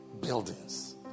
buildings